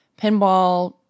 pinball